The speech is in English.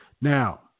Now